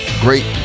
great